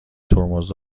ترمز